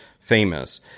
famous